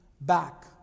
back